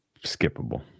skippable